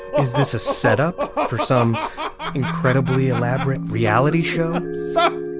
is this a setup ah for some incredibly elaborate reality show? so